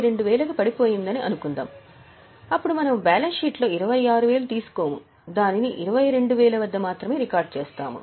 22000 కి పడిపోయింది అనుకుందాం అప్పుడు మనము బ్యాలెన్స్ షీట్లో 26000 తీసుకోము దానిని 22000 వద్ద మాత్రమే రికార్డ్ చేస్తాము